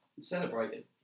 celebrating